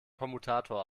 kommutator